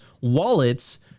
wallets